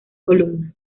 columnas